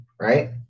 right